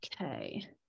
okay